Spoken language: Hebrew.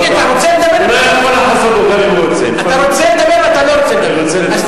תגיד, אתה רוצה לדבר או אתה לא רוצה לדבר?